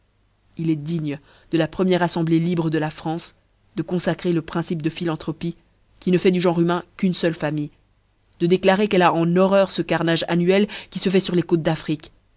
il eft digne de la première aflèmblée libre de là france de confacrer le principe de philantropie qui ne fuit du genre humain qu'une feule famille de déclarer qu'elle a en horreur ce carnage annuel qui fe fait fur les côtes d'afrique